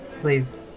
Please